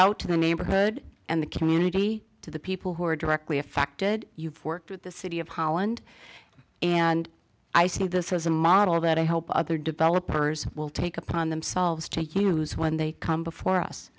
out to the neighborhood and the community to the people who are directly affected you've worked with the city of holland and i see this as a model that i help other developers will take upon themselves to use when they come before us